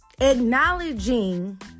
acknowledging